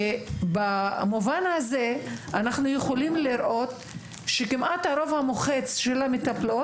ובמובן הזה אנחנו יכולים לראות שכמעט הרוב המוחץ של המטפלות